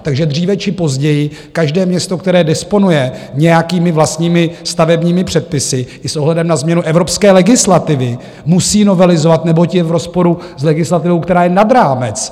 Takže dříve či později každé město, které disponuje nějakými vlastními stavebními předpisy, i s ohledem na změnu evropské legislativy, musí novelizovat, neboť je v rozporu s legislativou, která je nad rámec.